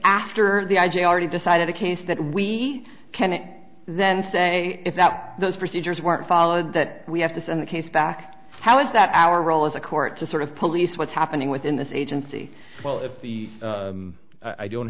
after the i g already decided a case that we can then say that those procedures weren't followed that we have to send the case back how is that our role as a court to sort of police what's happening within this agency well if the i don't